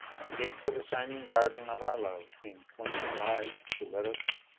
the gate to the shining garden of our love seemed swinging wide to let us in.